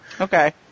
okay